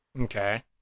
Okay